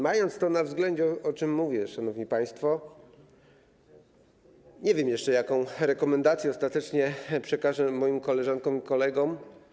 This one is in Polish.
Mając to na względzie, szanowni państwo, nie wiem jeszcze, jaką rekomendację ostatecznie przekażę moim koleżankom i kolegom.